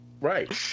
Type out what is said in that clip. Right